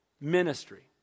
Ministry